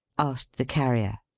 asked the carrier.